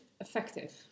effective